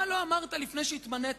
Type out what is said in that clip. מה לא אמרת לפני שהתמנית?